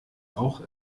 auch